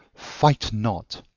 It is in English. fight not.